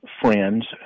friends